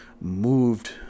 moved